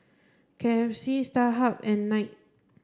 K F C Starhub and Knight